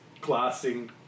glassing